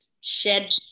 shed